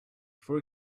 for